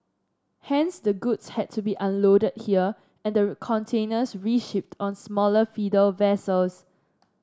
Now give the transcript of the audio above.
hence the goods had to be unloaded here and the containers reshipped on smaller feeder vessels